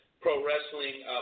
Pro-wrestling